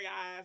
eyes